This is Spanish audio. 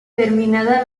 terminada